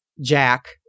Jack